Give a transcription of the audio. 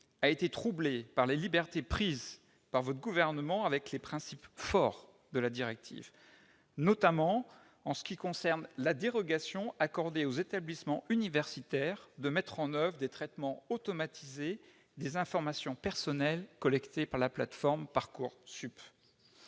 a été troublée par les libertés prises par votre gouvernement avec les principes forts de la directive, notamment en ce qui concerne la dérogation accordée aux établissements universitaires de mettre en oeuvre des traitements automatisés des informations personnelles collectées par la plateforme Parcoursup.